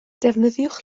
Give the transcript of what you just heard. defnyddiwch